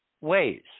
ways